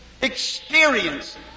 experience